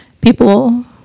people